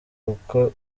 kuko